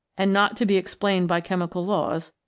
and not to be explained by chemical laws,